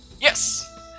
Yes